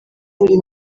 buri